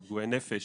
גם פגועי נפש.